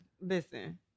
Listen